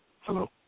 Hello